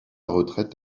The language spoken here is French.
retraite